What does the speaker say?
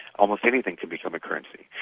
almost anything can become a currency.